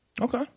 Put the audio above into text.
Okay